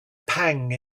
pang